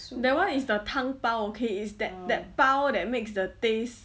that one is the 汤包 okay is that that 包 that makes the taste